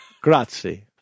Grazie